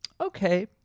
okay